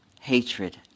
hatred